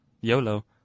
YOLO